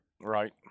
Right